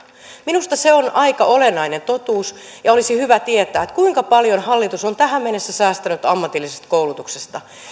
minusta se on aika olennainen totuus ja olisi hyvä tietää kuinka paljon hallitus on tähän mennessä säästänyt ammatillisesta koulutuksesta